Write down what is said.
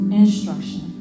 instruction